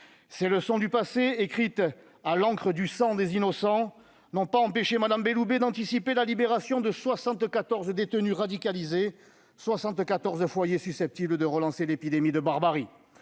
Ces leçons du passé écrites à l'encre du sang des innocents n'ont pas empêché Mme Belloubet d'anticiper la libération de 74 détenus radicalisés, 74 foyers susceptibles de relancer l'épidémie de barbarie.